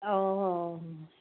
অ